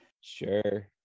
Sure